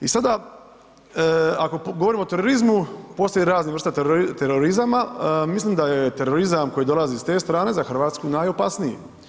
I sada ako govorimo o terorizmu, postoji raznih vrsta terorizama, mislim da je terorizam koji dolazi iz te strane za Hrvatsku najopasniji.